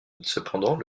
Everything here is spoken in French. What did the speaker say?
cependant